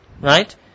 right